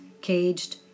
caged